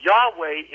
Yahweh